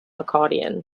accordion